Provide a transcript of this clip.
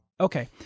Okay